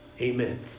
amen